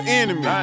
enemy